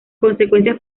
consecuencias